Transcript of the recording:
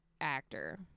actor